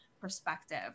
perspective